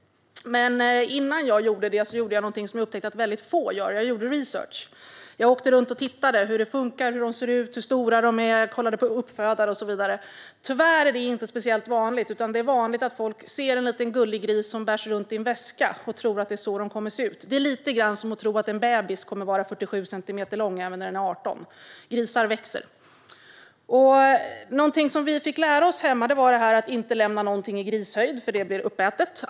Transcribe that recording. Men innan jag skaffade gris gjorde jag något jag upptäckte att få gör, nämligen research. Jag åkte runt och tittade på hur det funkar, hur de ser ur, hur stora de är och kontrollerade uppfödare. Tyvärr är det inte speciellt vanligt. Det vanliga är att folk ser en liten gullig gris som bärs runt i en väska och tror att det är så de kommer att se ut. Det är lite grann som att tro att en bebis kommer att vara 47 centimeter lång även när den är 18. Grisar växer. Något som vi fick lära oss hemma är att inte lämna någonting i grishöjd eftersom det blir uppätet.